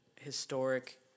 historic